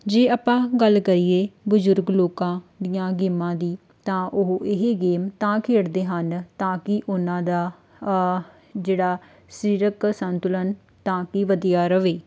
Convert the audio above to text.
ਜੇ ਆਪਾਂ ਗੱਲ ਕਰੀਏ ਬਜ਼ੁਰਗ ਲੋਕਾਂ ਦੀਆਂ ਗੇਮਾਂ ਦੀ ਤਾਂ ਉਹ ਇਹ ਗੇਮ ਤਾਂ ਖੇਡਦੇ ਹਨ ਤਾਂ ਕਿ ਉਹਨਾਂ ਦਾ ਜਿਹੜਾ ਸਰੀਰਕ ਸੰਤੁਲਨ ਤਾਂ ਕਿ ਵਧੀਆ ਰਹੇ